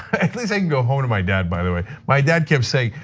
at least i can go home to my dad, by the way. my dad kept saying,